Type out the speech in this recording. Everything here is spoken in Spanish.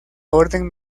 orden